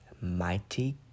Mighty